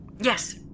Yes